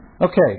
Okay